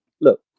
look